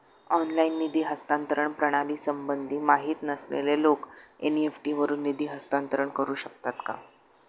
Online निधी हस्तांतरण प्रणालीसंबंधी माहिती नसलेले लोक एन.इ.एफ.टी वरून निधी हस्तांतरण करू शकतात का?